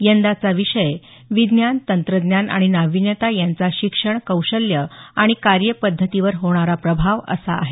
यंदाचा विषय विज्ञान तंत्रज्ञान आणि नाविन्यता यांचा शिक्षण कौशल्य आणि कार्यपद्धतीवर होणारा प्रभाव असा आहे